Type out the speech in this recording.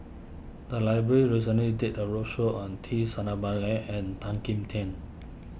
the library recently did a roadshow on T Sasitharan and Tan Kim Tian